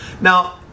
now